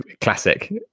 classic